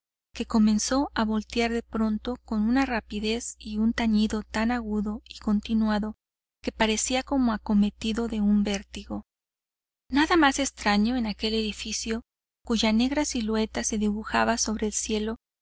que comenzó a voltear de pronto con una rapidez y un tañido tan agudo y continuado que parecía como acometido de un vértigo nada más extraño que aquel edificio cuya negra silueta se dibujaba sobre el cielo